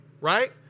right